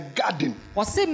garden